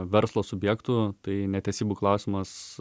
verslo subjektų tai netesybų klausimas